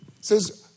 says